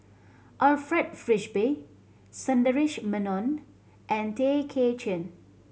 Alfred Frisby Sundaresh Menon and Tay Kay Chin